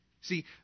See